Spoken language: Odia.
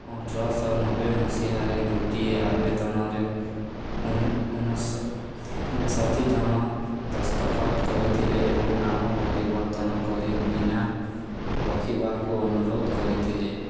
ଅଠରଶହ ନବେ ମସିହାରେ ଗୋଟିଏ ଆବେଦନରେ ଉନ ଉନଶ ଉନଷଠି ଜଣ ଦସ୍ତଖତ କରିଥିଲେ ଏବଂ ନାମ ପରିବର୍ତ୍ତନ କରି ଭିନା ରଖିବାକୁ ଅନୁରୋଧ କରିଥିଲେ